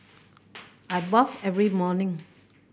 I bathe every morning